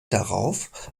darauf